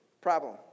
problem